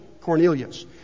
Cornelius